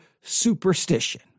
superstition